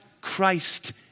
Christ